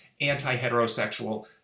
anti-heterosexual